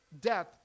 Death